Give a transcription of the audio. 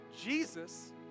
Jesus